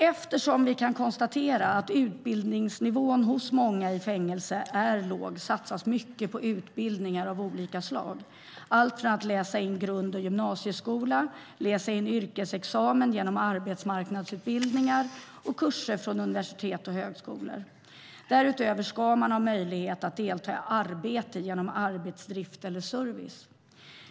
Eftersom vi kan konstatera att utbildningsnivån hos många i fängelse är låg satsas mycket på utbildningar av olika slag, allt från att läsa in grund och gymnasieskola till att läsa in yrkesexamen genom arbetsmarknadsutbildningar och kurser från universitet och högskolor. Därutöver ska man ha möjlighet att delta i arbete genom arbetsdrift eller service.